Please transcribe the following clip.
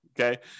Okay